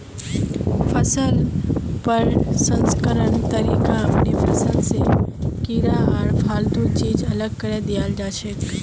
फसल प्रसंस्करण तरीका अपनैं फसल स कीड़ा आर फालतू चीज अलग करें दियाल जाछेक